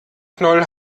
knoll